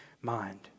mind